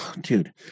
Dude